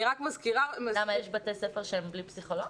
יש בתי ספר שהם בלי פסיכולוג?